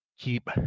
keep